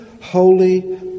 holy